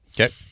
Okay